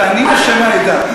תעני בשם העדה.